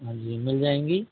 हाँ जी मिल जाएंगी